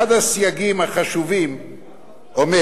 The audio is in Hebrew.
אחד הסייגים החשובים אומר